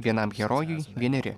vienam herojui vieneri